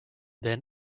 then